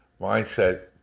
mindset